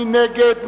מי נגד?